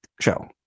Show